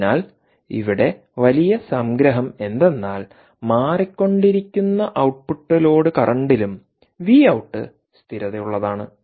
അതിനാൽ ഇവിടെ വലിയ സംഗ്രഹം എന്തെന്നാൽ മാറിക്കൊണ്ടിരിക്കുന്ന ഔട്ട്പുട്ട് ലോഡ് കറൻറിലും വി ഔട്ട് സ്ഥിരതയുള്ളതാണ്